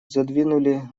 задвинули